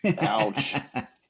Ouch